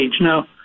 Now